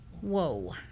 Whoa